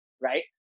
right